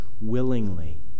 willingly